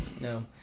No